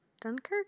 Dunkirk